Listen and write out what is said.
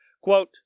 Quote